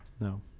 No